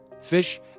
Fish